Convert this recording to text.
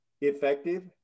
effective